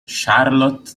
charlotte